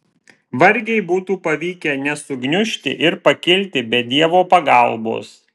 vargiai būtų pavykę nesugniužti ir pakilti be dievo pagalbos